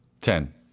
Ten